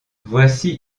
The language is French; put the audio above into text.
voici